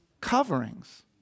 coverings